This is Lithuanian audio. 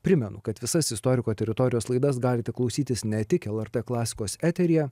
primenu kad visas istoriko teritorijos laidas galite klausytis ne tik lrt klasikos eteryje